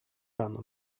rano